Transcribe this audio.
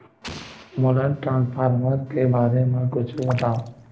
मोला ट्रान्सफर के बारे मा कुछु बतावव?